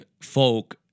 folk